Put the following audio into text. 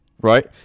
right